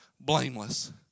blameless